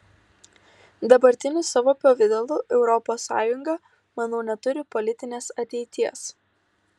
dabartiniu savo pavidalu europos sąjunga manau neturi politinės ateities